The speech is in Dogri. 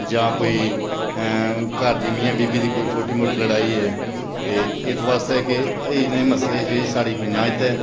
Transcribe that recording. जां कोई घर दी मियां बीबी दी कोई छोटी मोटी लड़ाई ऐ ते इस आस्तै केह् एह नेह मसले जेहदे च साढी पचांयत ऐ